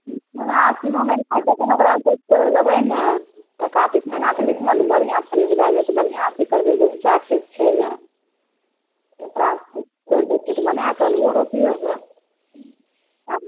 ओना तिनो महिना तक ओकरा छोड़ि देबै नऽ कार्तिक महीना बढ़िआँ कोरिकऽ खेत बनाकऽ आलुओ रोपिऔ गऽ